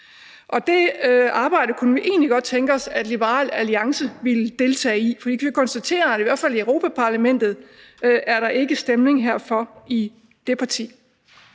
og det arbejde kunne vi egentlig godt tænke os at Liberal Alliance ville deltage i. For vi kan konstatere, at der i hvert fald i Europa-Parlamentet ikke er stemning herfor i det parti.